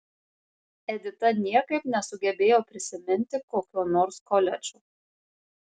edita niekaip nesugebėjo prisiminti kokio nors koledžo